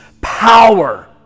power